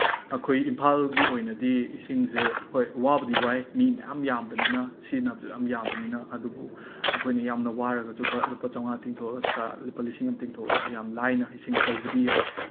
ꯑꯩꯈꯣꯏꯒꯤ ꯏꯝꯐꯥꯜꯒꯤ ꯑꯣꯏꯅꯗꯤ ꯏꯁꯤꯡꯁꯦ ꯍꯣꯏ ꯋꯥꯕꯗꯤ ꯋꯥꯏ ꯃꯤ ꯃꯌꯥꯝ ꯌꯥꯝꯕꯅꯤꯅ ꯁꯤꯖꯤꯟꯅꯕꯁꯨ ꯌꯥꯝ ꯌꯥꯝꯕꯅꯤꯅ ꯑꯗꯨꯕꯨ ꯑꯩꯈꯣꯏꯅ ꯌꯥꯝꯅ ꯋꯥꯔꯒꯁꯨ ꯂꯨꯄꯥ ꯆꯥꯝꯃꯉꯥ ꯇꯤꯡꯊꯣꯛꯑꯒ ꯂꯨꯄꯥ ꯂꯤꯁꯤꯡ ꯑꯃ ꯇꯤꯡꯊꯣꯛꯑꯒ ꯌꯥꯝ ꯂꯥꯏꯅ ꯏꯁꯤꯡ ꯀꯧꯕꯗꯤ ꯌꯥꯏ